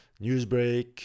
Newsbreak